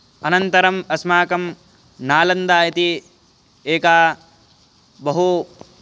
अनन्तरम् अस्माकं नालन्दा इति एका बहु